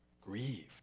Grieved